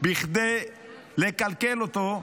כדי לכלכל אותו,